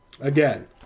Again